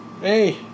Hey